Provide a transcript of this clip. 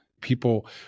People